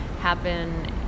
happen